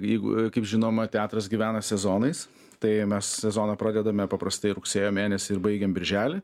jeigu kaip žinome teatras gyvena sezonais tai mes sezoną pradedame paprastai rugsėjo mėnesį ir baigiam birželį